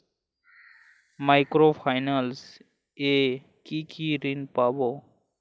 Micro finance এ কি কি ঋণ পাবো?